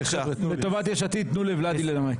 לטובת יש עתיד תנו לוולדי לנמק.